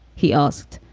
he asked,